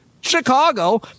Chicago